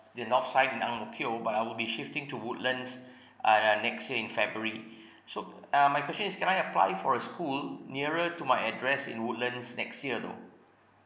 the north side in ang mo kio but I will be shifting to woodlands uh uh next year in february so uh my question is can I apply for a school nearer to my address in woodlands next year though